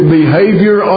behavior